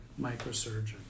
microsurgeon